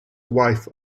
wife